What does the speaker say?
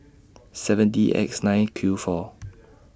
seven D X nine Q four